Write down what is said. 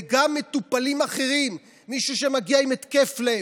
וגם מטופלים אחרים, מישהו שמגיע עם התקף לב,